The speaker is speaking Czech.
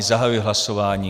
Zahajuji hlasování.